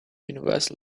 universal